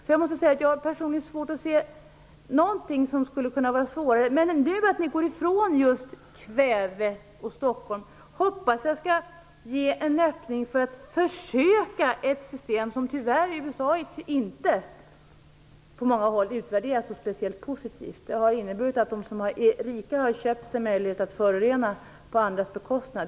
Personligen har jag svårt att se någonting som skulle kunna vara svårare. Men att ni nu går ifrån just kväve och Stockholm hoppas jag ger en öppning för att pröva ett system som på många håll i USA tyvärr inte har utvärderats som speciellt positivt. Det har inneburit att de rika har köpt sig möjlighet att förorena på andras bekostnad.